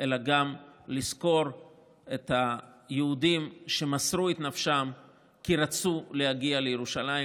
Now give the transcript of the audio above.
אלא לזכור גם את היהודים שמסרו את נפשם כי רצו להגיע לירושלים,